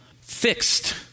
fixed